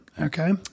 Okay